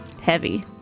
Heavy